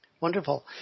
Wonderful